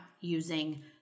using